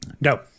no